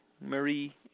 Marie